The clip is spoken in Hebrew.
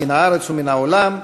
מן הארץ ומן העולם,